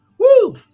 Woo